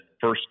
first